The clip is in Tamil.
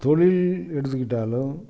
தொழில் எடுத்துக்கிட்டாலும்